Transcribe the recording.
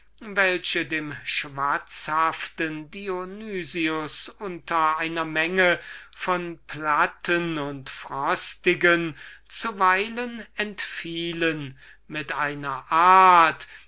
welche dem schwatzhaften dionys unter einer menge von mittelmäßigen und frostigen zuweilen entfielen mit einer art